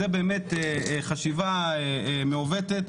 זו באמת חשיבה מעוותת,